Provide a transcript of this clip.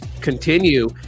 continue